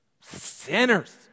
Sinners